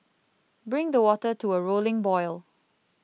bring the water to a rolling boil